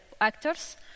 actors